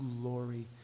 glory